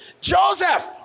Joseph